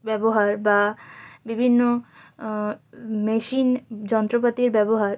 ব্যবহার বা বিভিন্ন মেশিন যন্ত্রপাতির ব্যবহার